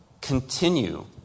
continue